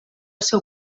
seu